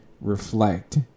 reflect